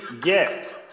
get